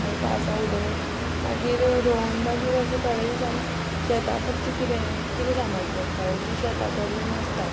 मागीर पावसा उदक मागीर रोवन मागीर अशें थोडे दिसांनी शेतां फक्त कितें कितें सांबाळचें पडटा हरशीं शेतां प्रोब्लेम नासता